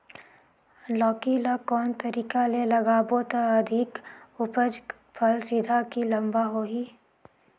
लौकी ल कौन तरीका ले लगाबो त अधिक उपज फल सीधा की लम्बा होही?